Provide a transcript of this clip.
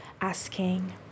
asking